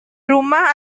rumah